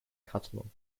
catalogue